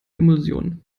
emulsion